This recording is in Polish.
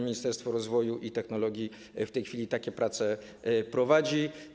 Ministerstwo Rozwoju i Technologii w tej chwili takie prace prowadzi.